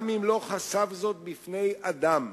גם אם לא חשף זאת בפני אדם,